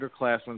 underclassmen